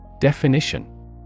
Definition